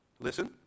Listen